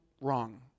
wrong